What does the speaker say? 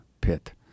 pit